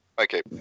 Okay